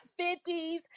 50s